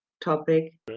topic